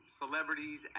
celebrities